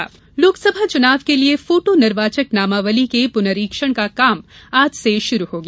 निर्वाचक नामावली लोकसभा चुनाव के लिये फोटो निर्वाचक नामावली के पुनरीक्षण का कार्य आज से शुरू हो गया